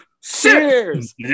Cheers